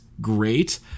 great